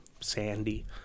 sandy